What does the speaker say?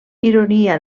ironia